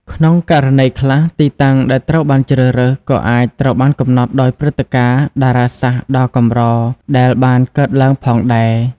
ក្នុងករណីខ្លះ ទីតាំងដែលត្រូវបានជ្រើសរើសក៏អាចត្រូវបានកំណត់ដោយព្រឹត្តិការណ៍តារាសាស្ត្រដ៏កម្រដែលបានកើតឡើងផងដែរ។